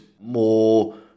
more